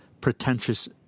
pretentious